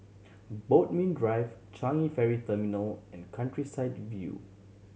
Bodmin Drive Changi Ferry Terminal and Countryside View